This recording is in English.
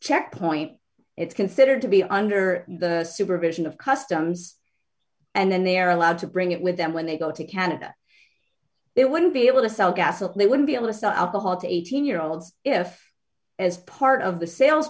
checkpoint it's considered to be under the supervision of customs and then they are allowed to bring it with them when they go to canada they wouldn't be able to sell gas or they would be a list of the hot eighteen year olds if as part of the sales